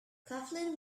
coughlin